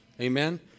Amen